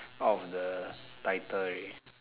out of the title already